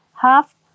half